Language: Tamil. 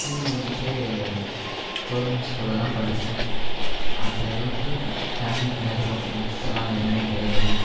ஸ்கூல் வந்துட்டு கவெர்மென்ட் ஸ்கூலில்தான் படித்தேன் அந்த அளவுக்கு ஃபேமிலி பேக்ரௌண்ட்ஸெலாம் எதுவுமே கிடையாது